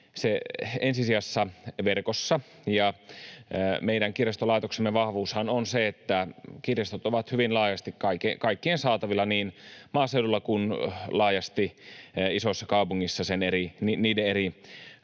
ensi sijassa verkossa, ja meidän kirjastolaitoksemme vahvuushan on se, että kirjastot ovat hyvin laajasti kaikkien saatavilla niin maaseudulla kuin laajasti isoissa kaupungeissa ja niiden eri